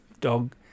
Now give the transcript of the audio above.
dog